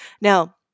Now